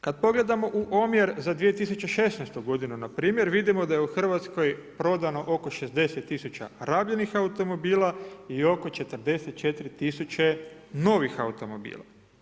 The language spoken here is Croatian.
Kada pogledamo u omjer za 2016. godinu npr. vidimo da je u Hrvatskoj prodano oko 60 tisuća rabljenih automobila i oko 44 tisuće novih automobila.